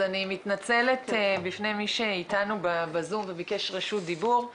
ומטפלת בפניות הציבור על גווניו השונים.